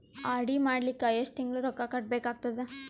RD ಮಾಡಲಿಕ್ಕ ಎಷ್ಟು ತಿಂಗಳ ರೊಕ್ಕ ಕಟ್ಟಬೇಕಾಗತದ?